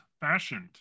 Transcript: fashioned